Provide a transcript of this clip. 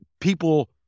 people